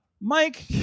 Mike